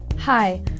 Hi